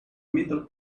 middle